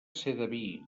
sedaví